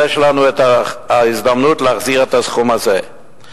יש לנו הזדמנות להחזיר את הסכום הזה,